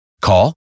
Call